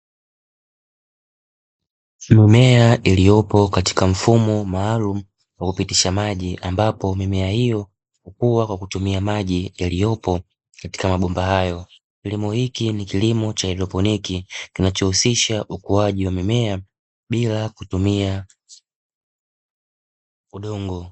Mimea iliyopo katika mfumo maalumu wa kupitisha maji, ambapo mimea hiyo hukua kwa kutumia maji yaliyopo katika mabomba hayo. Kilimo hiki ni kilimo cha haidroponiki, kinachohusisha ukuaji wa mimea bila kutumia udongo.